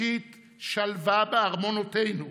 שית שלווה בארמונותינו.